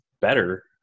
better